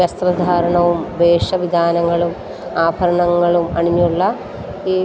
വസ്ത്രധാരണവും വേഷ വിധാനങ്ങളും ആഭരണങ്ങളും അണിഞ്ഞുള്ള ഈ